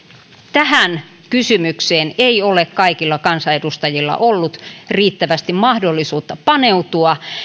tähän kysymykseen ei ole kaikilla kansanedustajilla ollut riittävästi mahdollisuutta paneutua